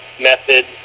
method